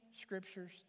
scriptures